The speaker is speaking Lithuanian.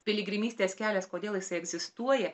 piligrimystės kelias kodėl jisai egzistuoja